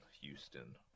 Houston